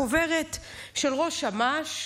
חוברת של ראש אמ"ש,